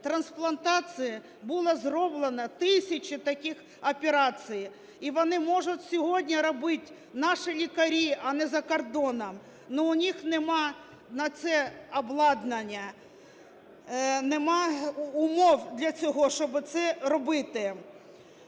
трансплантації було зроблено тисячі таких операцій. І вони можуть сьогодні робити, наші лікарі, а не за кордоном, но у них нема на це обладнання, нема умов для цього, щоб це робити.